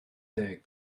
deg